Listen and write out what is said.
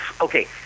Okay